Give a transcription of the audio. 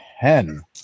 Ten